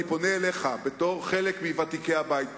אני פונה אליך בתור חלק מוותיקי הבית,